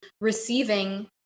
receiving